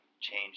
change